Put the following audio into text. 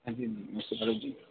अ